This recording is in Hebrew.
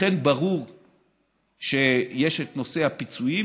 לכן, ברור שיש את נושא הפיצויים,